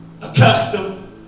accustomed